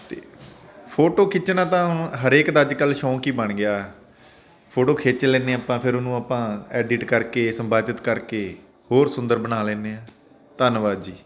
ਅਤੇ ਫੋਟੋ ਖਿੱਚਣਾ ਤਾਂ ਹਰੇਕ ਦਾ ਅੱਜ ਕੱਲ੍ਹ ਸ਼ੌਂਕ ਹੀ ਬਣ ਗਿਆ ਫੋਟੋ ਖਿੱਚ ਲੈਂਦੇ ਹਾਂ ਆਪਾਂ ਫਿਰ ਉਹਨੂੰ ਆਪਾਂ ਐਡਿਟ ਕਰਕੇ ਸੰਪਾਦਿਤ ਕਰਕੇ ਹੋਰ ਸੁੰਦਰ ਬਣਾ ਲੈਂਦੇ ਹਾਂ ਧੰਨਵਾਦ ਜੀ